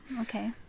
okay